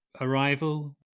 Arrival